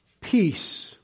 peace